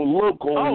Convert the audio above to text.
local